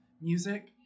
music